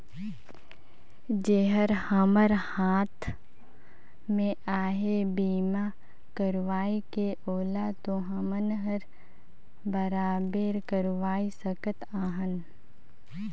जेहर हमर हात मे अहे बीमा करवाये के ओला तो हमन हर बराबेर करवाये सकत अहन